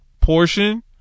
portion